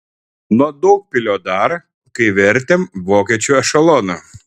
nuo daugpilio dar kai vertėm vokiečių ešeloną